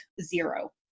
zero